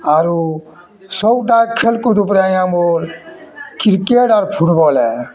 ଆରୁ ସବୁଟା ଖେଲ୍କୁଦ୍ ଉପ୍ରେ ଆଜ୍ଞା ମୋର୍ କ୍ରିକେଟ୍ ଆର୍ ଫୁଟବଲ୍